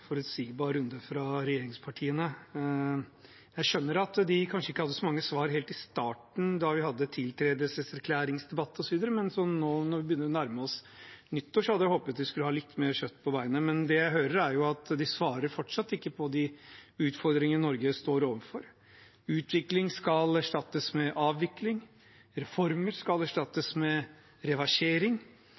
mange svar helt i starten, da vi hadde tiltredelseserklæringsdebatt osv., men nå, når vi begynner å nærme oss nyttår, hadde jeg håpet de skulle ha litt mer kjøtt på beinet. Men det jeg hører, er at de fortsatt ikke svarer på de utfordringene Norge står overfor. Utvikling skal erstattes med avvikling, reformer skal erstattes med reversering.